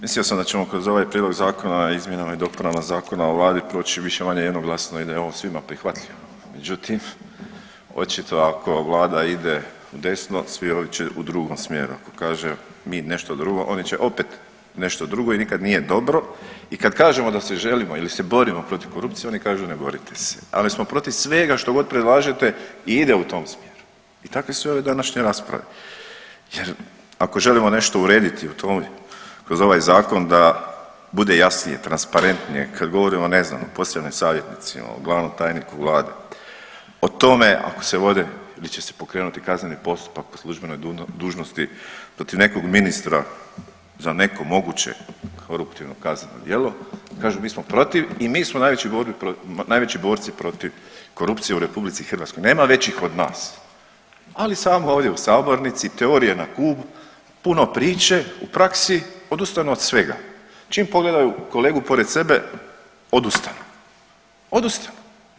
Mislio sam da ćemo kroz ovaj Prijedlog zakona o izmjenama i dopunama zakona u vladi proći više-manje jednoglasno i da je on svima prihvatljiv, međutim očito ako vlada ide udesno svi ovi će u ovom smjeru, ako kaže mi nešto drugo oni će opet nešto drugo i nikad nije dobro i kad kažemo da se želimo ili se borimo protiv korupcije oni kažu ne borite se, ali smo protiv svega što god predlažete i ide u tom smjeru i takve su ove današnje rasprave jer ako želimo nešto urediti u toj, kroz ovaj zakon da bude jasnije, transparentnije, kad govorimo o ne znam posebnim savjetnicima, o glavom tajniku vlade, o tome ako se vode ili će se pokrenuti kazneni postupak po službenoj dužnosti protiv nekog ministra za neko moguće koruptivno kazneno djelo kažem mi smo protiv i mi smo najveći borci protiv korupcije u RH, nema većih od nas, ali samo ovdje u sabornici, teorije na kub, puno priče, u praksi odustajemo od svega, čim pogledaju kolegu pored sebe odustanu, odustanu.